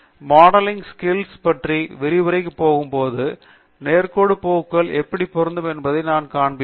modelling skills பற்றிய விரிவுரைக்கு போகும் போது நேர்கோட்டு போக்குகள் எப்படி பொருந்தும் என்பதை நான் காண்பிப்பேன்